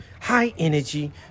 high-energy